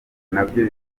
nabyo